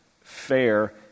fair